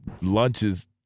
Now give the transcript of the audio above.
lunches